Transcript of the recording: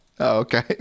Okay